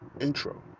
intro